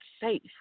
safe